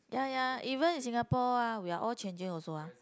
ya ya even in Singapore ah we're all changing also ah